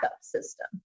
system